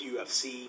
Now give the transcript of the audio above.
UFC